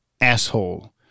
Asshole